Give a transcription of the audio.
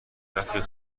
رفیق